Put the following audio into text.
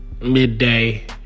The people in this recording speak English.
midday